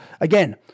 again